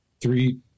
three